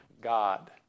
God